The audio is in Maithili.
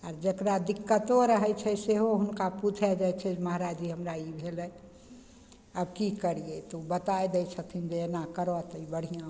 आर जकरा दिक्कतो रहय छै सेहो हुनका पूछय जाइ छै महाराज जी हमरा ई भेलय आब की करियै तऽ उ बताय दै छथिन जे एना करथु ई बढ़िआँ होतऽ